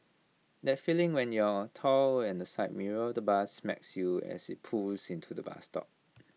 that feeling when you're tall and the side mirror of the bus smacks you as IT pulls into the bus stop